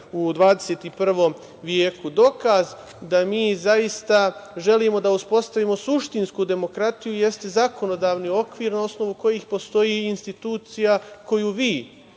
u 21. veku. Dokaz da mi zaista želimo da uspostavimo suštinsku demokratiju jeste zakonodavni okvir na osnovu kojih postoji institucija koju vi